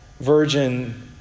virgin